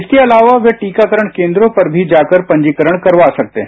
इसके अलावा वे टीकाकरण केन्द्रों पर भी जाकर पंजीकरण करवा सकते हैं